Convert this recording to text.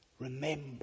remember